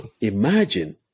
imagine